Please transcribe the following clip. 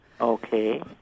Okay